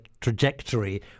trajectory